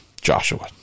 Joshua